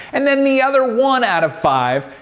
and then the other one out of five,